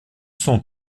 cent